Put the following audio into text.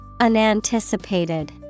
Unanticipated